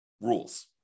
rules